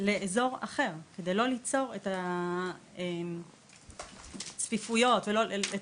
לאזור אחר וזאת על מנת לא ליצור את הצפיפות ואת